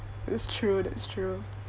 it was true that's true